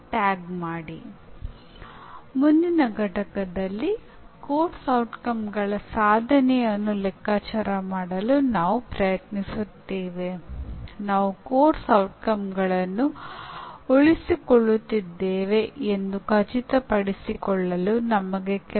ಈಗ ನಾವು ಮುಂದಿನ ಘಟಕಕ್ಕೆ ಹೋದಾಗ ಶಿಕ್ಷಣವನ್ನು ವಿದ್ಯಾರ್ಥಿ ಕೇಂದ್ರಿತವಾಗಿಸುವ ಪರಿಣಾಮ ಮತ್ತು ಪರಿಣಾಮ ಆಧಾರಿತ ಶಿಕ್ಷಣದ ವೈಶಿಷ್ಟ್ಯಗಳನ್ನು ಅರ್ಥಮಾಡಿಕೊಳ್ಳಲು ಪ್ರಯತ್ನಿಸುತ್ತೇವೆ